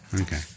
Okay